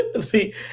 See